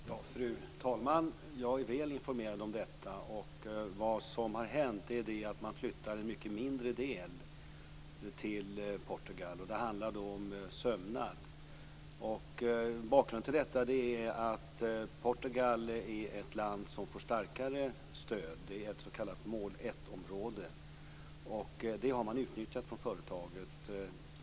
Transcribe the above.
Fru talman! Jag är väl informerad om detta. Det som har hänt är att man flyttar en mycket mindre del till Portugal. Det handlar om sömnad. Bakgrunden till detta är att Portugal är ett land som får starkare stöd. Det är ett s.k. mål 1-område, och det har företaget utnyttjat.